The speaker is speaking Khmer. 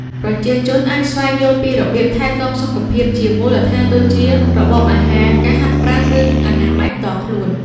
ប្រជាជនអាច ស្វែងយល់ពីរបៀបថែទាំសុខភាព ជាមូលដ្ឋានដូចជា របបអាហារ ការហាត់ប្រាណ ឬអនាម័យផ្ទាល់ខ្លួន។